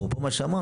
אפרופו מה שאמרנו,